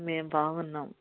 మేము బాగున్నాం